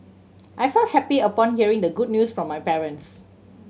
I felt happy upon hearing the good news from my parents